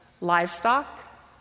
livestock